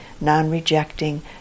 non-rejecting